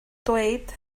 dweud